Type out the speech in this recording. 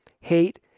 Hate